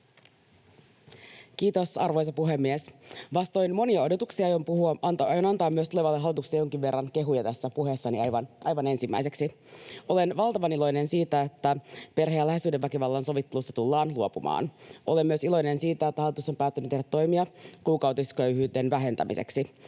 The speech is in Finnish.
Kiitos, arvoisa puhemies! Vastoin monia odotuksia aion antaa tulevalle hallitukselle jonkin verran myös kehuja tässä puheessani aivan ensimmäiseksi. Olen valtavan iloinen siitä, että perhe- ja lähisuhdeväkivallan sovittelusta tullaan luopumaan. Olen iloinen myös siitä, että hallitus on päättänyt tehdä toimia kuukautisköyhyyden vähentämiseksi,